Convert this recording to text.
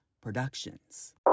Productions